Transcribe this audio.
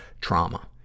trauma